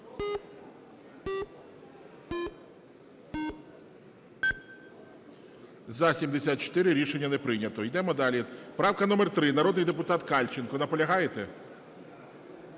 За-74 Рішення не прийнято. Йдемо далі. Правка номер 3, народний депутат Кальченко. Наполягаєте?